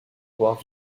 pouvoir